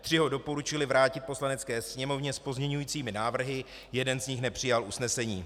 Tři ho doporučily vrátit Poslanecké sněmovně s pozměňujícími návrhy, jeden z nich nepřijal usnesení.